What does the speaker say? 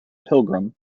pilgrim